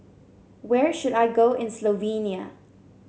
where should I go in Slovenia